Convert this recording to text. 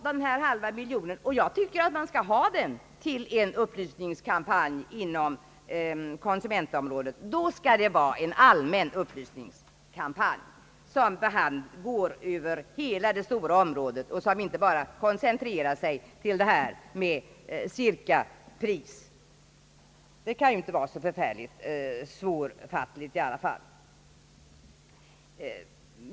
Den halva miljon som anvisas för en upplysningskampanj inom konsumentområdet bör användas för en allmän upplysningskampanj, som sträcker sig över hela detta stora område och inte bara koncentreras till en information om cirkapris, ett begrepp som ju inte kan vara så särskilt svårfattligt.